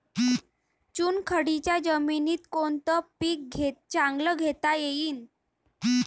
चुनखडीच्या जमीनीत कोनतं पीक चांगलं घेता येईन?